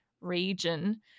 region